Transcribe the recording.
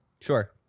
Sure